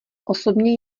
osobně